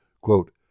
Quote